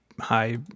high